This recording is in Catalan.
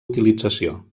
utilització